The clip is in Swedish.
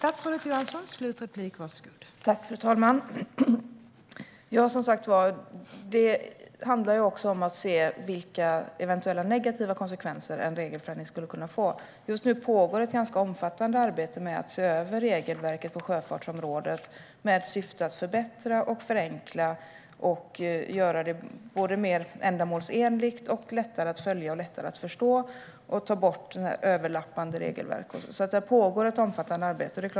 Fru talman! Det handlar också om att se vilka eventuella negativa konsekvenser en regelförändring skulle kunna få. Just nu pågår ett ganska omfattande arbete med att se över regelverket på sjöfartsområdet med syftet att förbättra och förenkla. Det handlar om att göra det mer ändamålsenligt och lättare att följa och förstå och att ta bort överlappande regelverk. Det pågår ett omfattande arbete.